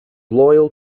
loyal